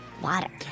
water